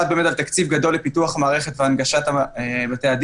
באמת על תקציב גדול לפיתוח המערכת והנגשת בתי-הדין.